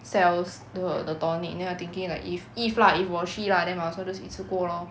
sells the the tonic then I thinking like if if lah if 我去 lah then might as well 一次过 lor